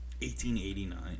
1889